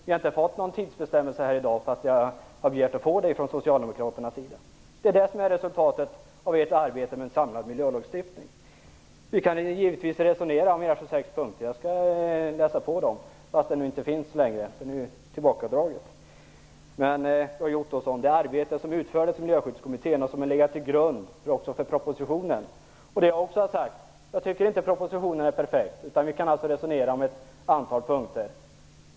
Vi har inte fått någon tidsbestämmelse här i dag även om vi har begärt att få det. Det är resultatet av ert arbete med en samlad miljölagstiftning. Vi kan givetvis resonera om era 26 punkter. Jag skall läsa dem även om motionen är tillbakadragen. Det arbete som utfördes av Miljöskyddskommittén har legat till grund för propositionen. Jag tycker inte att propositionen är perfekt, utan vi kan alltså resonera om ett antal punkter.